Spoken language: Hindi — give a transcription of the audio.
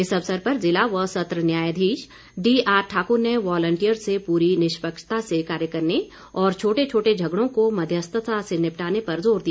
इस अवसर पर ज़िला व सत्र न्यायाधीश डीआर ठाकुर ने वॉलंटियर्स से पूरी निष्पक्षता से कार्य करने और छोटे छोटे झगड़ों को मध्यस्थता से निपटाने पर ज़ोर दिया